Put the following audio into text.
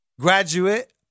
graduate